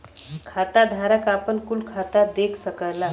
खाताधारक आपन कुल खाता देख सकला